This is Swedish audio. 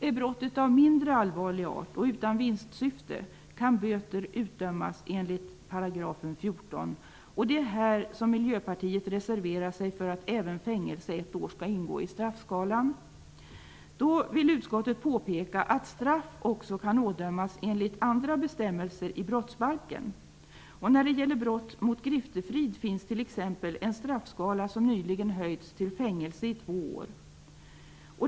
Är brottet av mindre allvarlig art och utan vinstsyfte, kan böter utdömas enligt 14 §. Miljöpartiet reserverar sig för att även fängelse i 1 år skall ingå i straffskalan. Utskottet påpekar att straff också kan ådömas enligt andra bestämmelser i brottsbalken. När det gäller brott mot griftefrid finns t.ex. en straffskala som nyligen höjts till fängelse i 2 år.